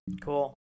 Cool